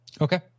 Okay